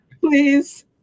Please